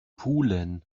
pulen